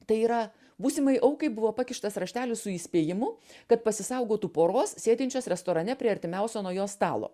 tai yra būsimai aukai buvo pakištas raštelis su įspėjimu kad pasisaugotų poros sėdinčias restorane prie artimiausio nuo jo stalo